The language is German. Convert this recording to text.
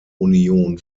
union